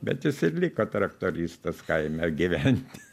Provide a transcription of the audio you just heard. bet jis ir liko traktoristas kaime gyventi